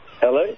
Hello